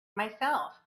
myself